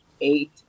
eight